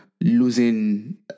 losing